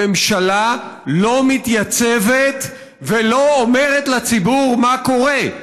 הממשלה לא מתייצבת ולא אומרת לציבור מה קורה.